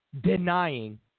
denying